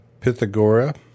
Pythagora